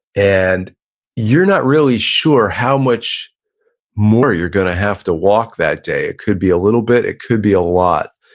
and you're not really sure how much more you're gonna have to walk that day it could be a little bit, it could be a lot,